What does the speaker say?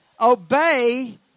Obey